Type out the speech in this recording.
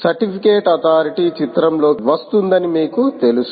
certificate authority చిత్రంలోకి వస్తుందని మీకు తెలుసు